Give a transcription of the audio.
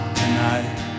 tonight